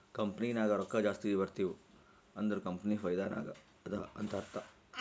company ನಾಗ್ ರೊಕ್ಕಾ ಜಾಸ್ತಿ ಬರ್ತಿವ್ ಅಂದುರ್ ಕಂಪನಿ ಫೈದಾ ನಾಗ್ ಅದಾ ಅಂತ್ ಅರ್ಥಾ